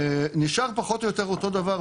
נשאר פחות או יותר אותו דבר.